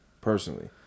personally